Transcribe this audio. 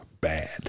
bad